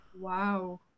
Wow